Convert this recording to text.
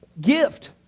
gift